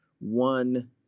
one